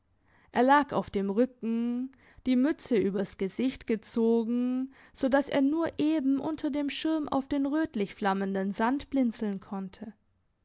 er lag auf dem rücken die mütze übers gesicht gezogen so dass er nur eben unter dem schirm auf den rötlich flammenden sand blinzeln konnte